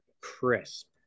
crisp